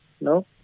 No